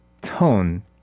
tone